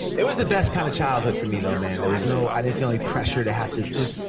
it was the best kind of childhood for me though, man. there was no, i didn't feel any pressure to have to, it was,